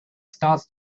starts